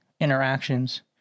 interactions